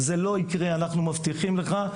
זה לא יקרה, אנחנו מבטיחים לך.